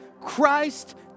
Christ